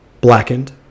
Blackened